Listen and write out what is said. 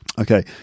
Okay